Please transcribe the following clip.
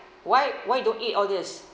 why why you don't eat all this